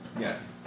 Yes